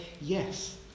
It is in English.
Yes